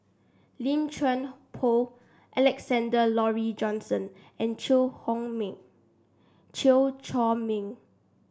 Lim Chuan Poh Alexander Laurie Johnston and Chew Meng Chew Chor Meng